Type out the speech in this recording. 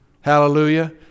Hallelujah